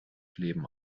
leben